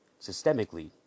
systemically